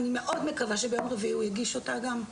ואני מקווה מאוד שביום רביעי הוא יגיש אותה גם.